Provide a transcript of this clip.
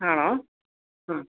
ആണോ മ്